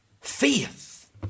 faith